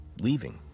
leaving